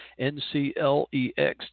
NCLEX